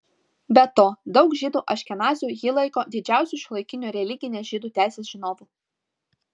be to daug žydų aškenazių jį laiko didžiausiu šiuolaikiniu religinės žydų teisės žinovu